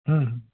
हम्म हम्म